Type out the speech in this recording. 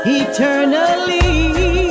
eternally